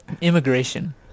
Immigration